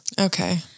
okay